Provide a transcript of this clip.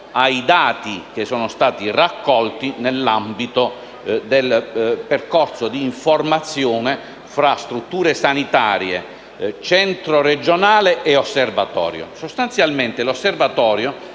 riferimento ai dati raccolti nell'ambito del percorso di formazione tra strutture sanitarie, centro regionale e osservatorio. Sostanzialmente l'Osservatorio